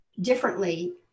differently